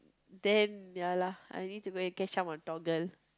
then ya lah I need to go and catch up on Toggle